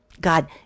God